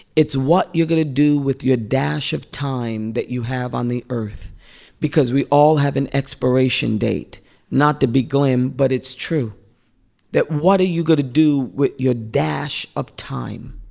it's what you're going to do with your dash of time that you have on the earth because we all have an expiration date not to be glim, but it's true that what are you going to do with your dash of time?